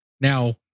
now